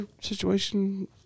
situation